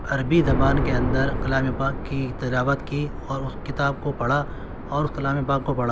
عربی زبان کے اندر کلام پاک کی تلاوت کی اور اس کتاب کو پڑھا اورکلام پاک کو پڑھا